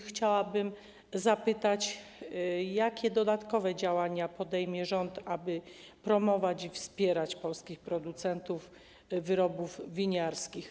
Chciałabym zapytać: Jakie dodatkowe działania podejmie rząd, aby promować i wspierać polskich producentów wyrobów winiarskich?